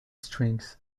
strings